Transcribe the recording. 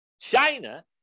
China